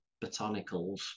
botanicals